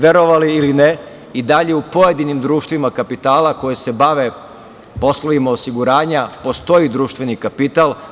Verovali ili ne, i dalje u pojedinim društvima kapitala koja se bave poslovima osiguranja postoji društveni kapital.